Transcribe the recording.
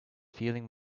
feeling